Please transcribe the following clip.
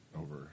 over